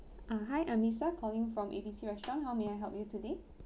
ah hi I'm lisa calling from A B C restaurant how may I help you today